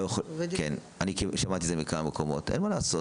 אני שמעתי את זה מכמה מקומות, אין מה לעשות.